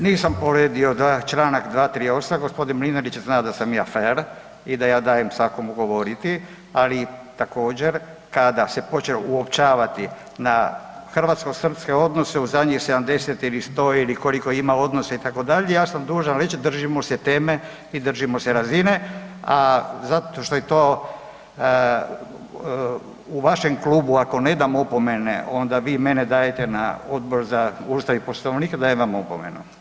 Nisam povrijedio Članak 238., gospodin Mlinarić zna sam ja fer i da ja dajem svakome govoriti, ali također kada se počne uopćavati na hrvatskosrpske odnose u zadnjih 70 ili 100 ili koliko ima odnosa itd., ja sam dužan reći držimo se teme i držimo se razine, a zato što je to u vašem klubu ako ne dam opomene onda vi mene dajete za Odbor za Ustav i Poslovnik, dajem vam opomenu.